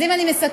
אז אם אני מסכמת,